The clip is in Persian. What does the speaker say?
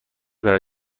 برای